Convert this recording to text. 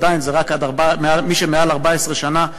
עדיין זה רק למי שעבד מעל 14 שנה.